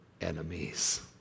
enemies